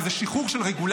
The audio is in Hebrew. כי זה שחרור של רגולציה,